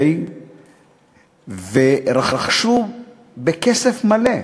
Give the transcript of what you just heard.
הם רכשו בכסף מלא.